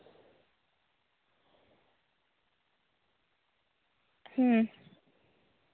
ᱦᱩᱸ